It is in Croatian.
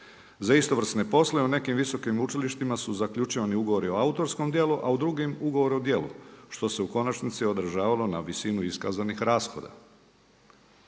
Za istovrsne poslove u nekim visokim učilištima su zaključivani ugovoru o autorskom djelu, a u drugim ugovor o djelu, što se u konačnici odražavalo na visinu iskazanih rashoda.